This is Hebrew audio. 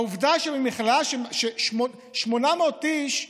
העובדה היא שבמכללה של 800 איש,